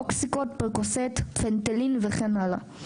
אוקסיקו, פרקוסיט, פנטלין, וכן הלאה.